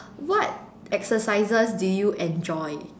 what exercises do you enjoy